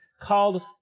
called